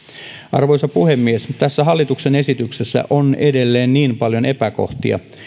arvoisa puhemies tässä hallituksen esityksessä on edelleen niin paljon epäkohtia